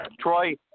Troy